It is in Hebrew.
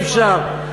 אי-אפשר.